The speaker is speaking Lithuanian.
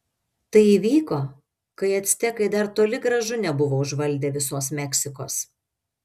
tai įvyko kai actekai dar toli gražu nebuvo užvaldę visos meksikos